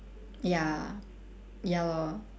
ya ya lor